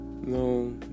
No